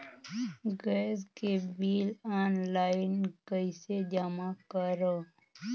Gas के bill online कइसे जमा करव?